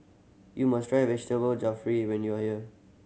you must try Vegetable Jalfrezi when you are here